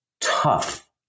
tough